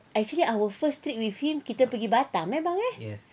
actually our first trip with him kita pergi batam kan bang eh